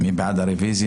מי בעד הרביזיה?